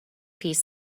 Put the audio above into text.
piece